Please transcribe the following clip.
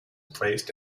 placed